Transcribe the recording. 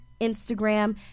Instagram